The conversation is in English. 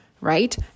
right